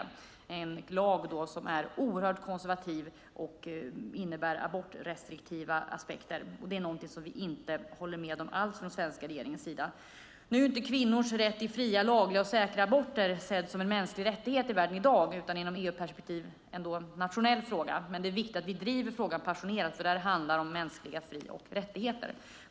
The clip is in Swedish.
Det är en lag som är oerhört konservativ och innebär abortrestriktiva aspekter, och det är någonting vi från den svenska regeringens sida inte håller med om alls. Nu är inte kvinnors rätt till fria, lagliga och säkra aborter sedd som en mänsklig rättighet i världen i dag utan är i ett EU-perspektiv en nationell fråga. Det är dock viktigt att vi driver frågan passionerat, för detta handlar om mänskliga fri och rättigheter.